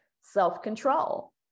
Self-control